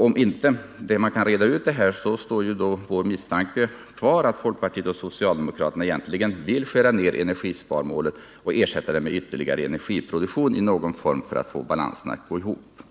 Om inte det här kan redas ut, kvarstår vår misstanke att folkpartiet och socialdemokraterna vill skära ner energisparmålet och ersätta det med ytterligare energiproduktion i någon form för att få balansen att gå ihop.